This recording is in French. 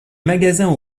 magasins